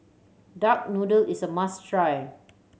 duck noodle is a must try